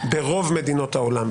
ברוב מדינות העולם,